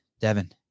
Devin